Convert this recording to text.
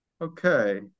Okay